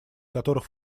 которых